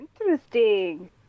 Interesting